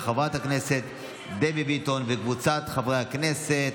של חברת הכנסת דבי ביטון וקבוצת חברי הכנסת.